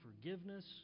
forgiveness